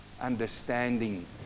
Understanding